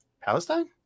Palestine